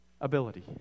ability